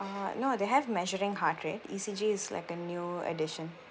err no they have measuring heart rate E_C_G is like a new edition